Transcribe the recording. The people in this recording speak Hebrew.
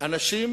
אנשים